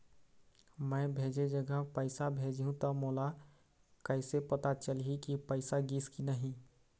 मैं भेजे जगह पैसा भेजहूं त मोला कैसे पता चलही की पैसा गिस कि नहीं?